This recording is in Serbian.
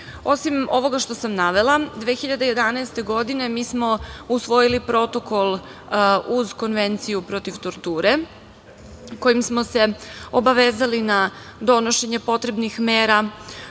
ovoga što sam navela 2011. godine, mi smo usvojili protokol uz Konvenciju protiv torture kojim smo se obavezali na donošenje potrebnih mera,